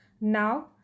Now